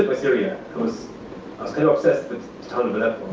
ah syria. because i was kind of obsessed with and i